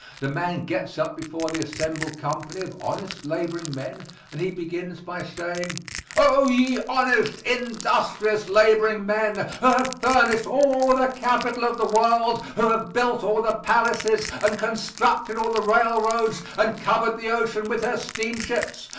the man gets up before the assembled company of honest laboring men and he begins by saying oh, ye honest, industrious laboring men, who have furnished all the capital of the world, who have built all the palaces and constructed all the railroads and covered the ocean with her steamships.